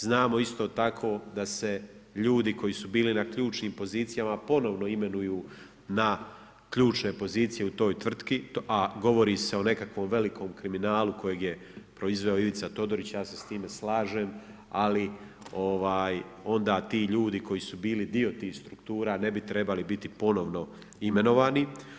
Znamo isto tako, ljudi koji su bili na ključnim pozicijama, ponovno imenuju na ključne pozicije na toj tvrtki, a govori se o nekakvom velikom kriminalu, kojeg je proizveo Ivica Todorić, ja se s time slažem, ali onda ti ljudi koji su bili dio tih struktura, ne bi trebali biti ponovno imenovani.